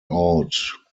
out